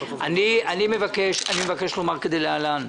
אני מבקש לומר כדלהלן: